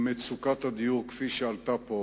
ממצוקת הדיור, כפי שעלתה פה,